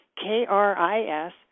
K-R-I-S